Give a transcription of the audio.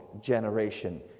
generation